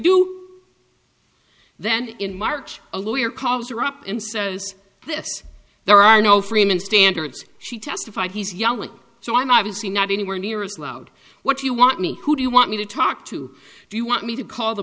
do then in march a lawyer calls her up and says this there are no freeman standards she testified he's yelling so i'm obviously not anywhere near as loud what do you want me to do you want me to talk to do you want me to call the